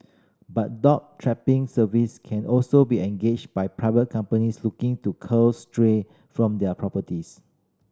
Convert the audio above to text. but dog trapping service can also be engaged by private companies looking to cull stray from their properties